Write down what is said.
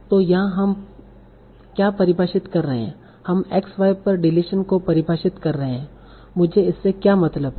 तो यहाँ हम क्या परिभाषित कर रहे हैं हम x y पर डिलीशन को परिभाषित कर रहे हैं मुझे इससे क्या मतलब है